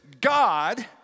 God